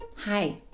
Hi